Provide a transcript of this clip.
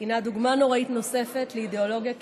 הינה דוגמה נוראית נוספת לאידיאולוגיה קיצונית,